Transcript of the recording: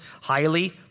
highly